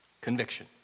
Conviction